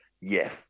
yes